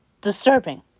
disturbing